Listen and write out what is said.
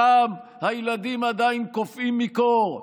שם הילדים עדיין קופאים מקור,